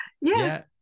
Yes